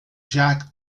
jack